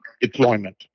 deployment